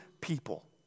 people